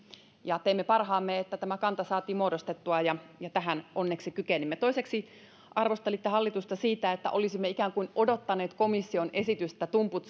teimme parhaamme että tämä kanta saatiin muodostettua ja ja tähän onneksi kykenimme toiseksi arvostelitte hallitusta siitä että olisimme ikään kuin odottaneet komission esitystä tumput